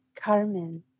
Carmen